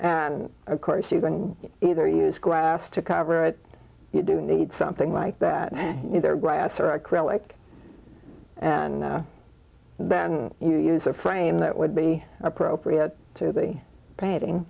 part of course you can either use glass to cover it you do need something like that in there glass or acrylic and then you use a frame that would be appropriate to the painting